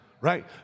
right